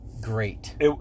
great